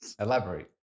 Elaborate